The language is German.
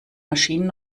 maschinen